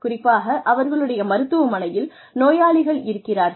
குறிப்பாக அவர்களுடைய மருத்துவமனையில் நோயாளிகள் இருக்கிறார்கள்